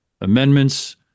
amendments